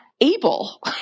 able